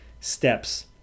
steps